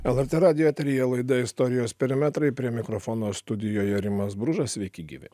lrt radijo eteryje laida istorijos perimetrai prie mikrofono studijoje rimas bružas sveiki gyvi